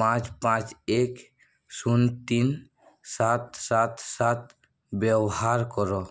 ପାଞ୍ଚ ପାଞ୍ଚ ଏକ ଶୂନ ତିନି ସାତ ସାତ ସାତ ବ୍ୟବହାର କର